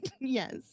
Yes